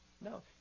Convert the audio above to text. No